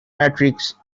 matrix